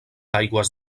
aigües